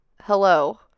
hello